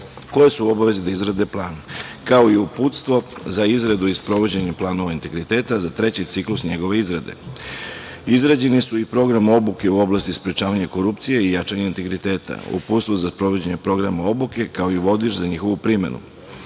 koje su u obavezi da izrade plan, kao i Uputstvo za izradu i sprovođenje planova integriteta za treći ciklus njegove izrade. Izrađeni su i: Program obuke u oblasti sprečavanja korupcije i jačanja integriteta, Uputstvo za sprovođenje programa obuke, kao i Vodič za njihovu primenu.